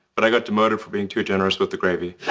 but i got demoted for being too generous with the gravy.